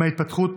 מההתפתחות